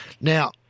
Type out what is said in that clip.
Now